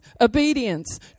obedience